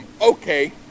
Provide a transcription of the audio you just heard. okay